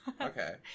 okay